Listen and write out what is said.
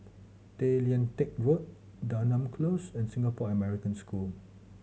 Tay Lian Teck Road Denham Close and Singapore American School